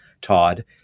Todd